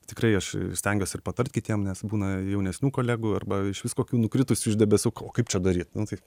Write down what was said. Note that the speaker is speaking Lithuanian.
tikrai aš stengiuos ir patart kitiem nes būna jaunesnių kolegų arba išvis kokių nukritusių iš debesų o kaip čia daryt nu tai